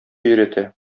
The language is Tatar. өйрәтә